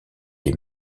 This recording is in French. les